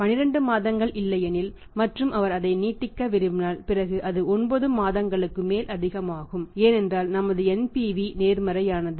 12 மாதங்கள் இல்லையெனில் மற்றும் அவர் அதை நீட்டிக்க விரும்பினால் பிறகு அது ஒன்பது மாதங்களுக்கு மேல் அதிகமாகும் ஏனென்றால் நமது NPV நேர்மறையானது